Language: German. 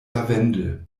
lavendel